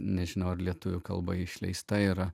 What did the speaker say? nežinau ar lietuvių kalba išleista yra